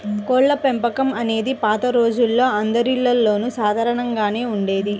కోళ్ళపెంపకం అనేది పాత రోజుల్లో అందరిల్లల్లోనూ సాధారణంగానే ఉండేది